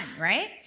right